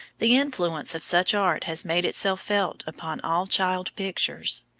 the influence of such art has made itself felt upon all child pictures.